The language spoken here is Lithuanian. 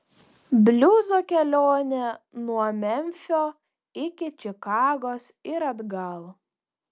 bliuzo kelionė nuo memfio iki čikagos ir atgal